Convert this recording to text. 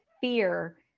fear